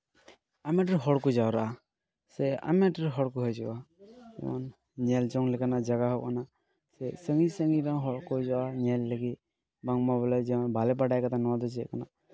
ᱟᱭᱢᱟ ᱰᱷᱮᱨ ᱦᱚᱲ ᱠᱚ ᱡᱟᱣᱨᱟᱜᱼᱟ ᱥᱮ ᱟᱭᱢᱟ ᱰᱷᱮᱨ ᱦᱚᱲ ᱠᱚ ᱦᱟᱡᱩᱜᱼᱟ ᱱᱚᱣᱟ ᱧᱮᱞ ᱡᱚᱝ ᱞᱮᱠᱟᱱᱟᱜ ᱡᱟᱭᱜᱟ ᱦᱚᱸ ᱠᱟᱱᱟ ᱥᱮ ᱥᱟᱺᱜᱤᱧ ᱥᱟᱺᱜᱤᱧ ᱨᱮᱱ ᱦᱚᱲ ᱠᱚ ᱦᱤᱡᱩᱜᱼᱟ ᱧᱮᱞ ᱞᱟᱹᱜᱤᱫ ᱵᱟᱝᱢᱟ ᱵᱚᱞᱮ ᱵᱟᱞᱮ ᱵᱟᱰᱟᱭ ᱞᱮᱠᱟ ᱱᱚᱣᱟ ᱫᱚ ᱪᱮᱫ ᱠᱟᱱᱟ